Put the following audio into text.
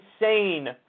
insane